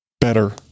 better